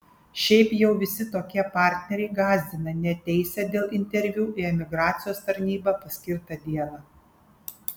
šiaip jau visi tokie partneriai gąsdina neateisią dėl interviu į emigracijos tarnybą paskirtą dieną